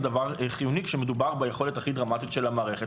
דבר חיוני כאשר מדובר ביכולת הכי דרמטית של המערכת.